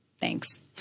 Thanks